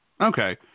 Okay